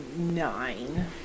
nine